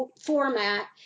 format